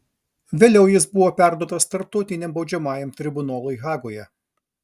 vėliau jis buvo perduotas tarptautiniam baudžiamajam tribunolui hagoje